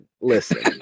Listen